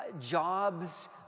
jobs